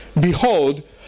Behold